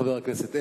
חבר הכנסת אלקין.